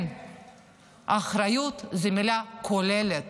אחריות זו מילה כוללת,